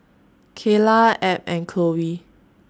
Keyla Abb and Chloe